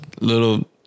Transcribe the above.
little